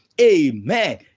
Amen